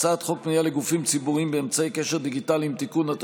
הצעת חוק פנייה לגופים ציבוריים באמצעי קשר דיגיטליים (תיקון),